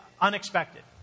unexpected